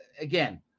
again